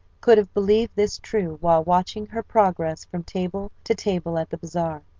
could have believed this true while watching her progress from table to table at the bazaar.